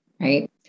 Right